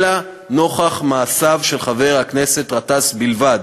אלא נוכח מעשיו של חבר הכנסת גטאס בלבד.